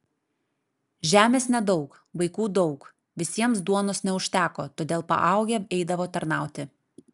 žemės nedaug vaikų daug visiems duonos neužteko todėl paaugę eidavo tarnauti